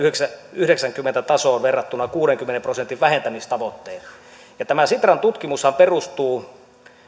yhdeksänkymmentä tasoon verrattuna kuudenkymmenen prosentin vähentämistavoitteen tämä sitran tutkimushan perustuu